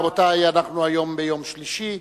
רבותי, היום יום שלישי,